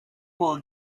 will